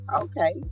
okay